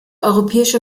europäische